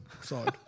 Sorry